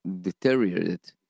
deteriorated